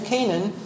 Canaan